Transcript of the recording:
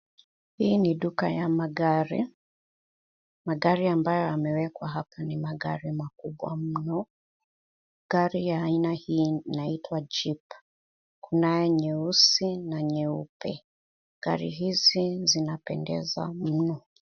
Hii ni duka ya magari. Magari ambayo yamewekwa hapa ni magari makubwa mno. Gari ya aina hii inaitwa Chik. Kunayo nyeusi na nyeupe. Gari hizi zinapendeza mno.